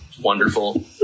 Wonderful